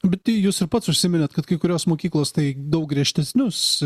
bet jūs ir pats užsiminėt kad kai kurios mokyklos tai daug griežtesnius